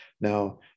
now